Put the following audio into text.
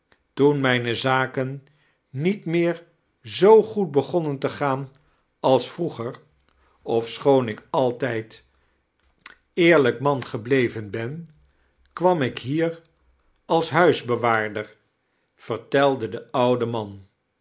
toen mijne zaken niet meer zoo goed begonnen te gaan als vroeger chakles dickens ofschoon ik altrjd eerlijk man geblev'en ben fcwam ik hier als huisfoewaarder ventelde de oude man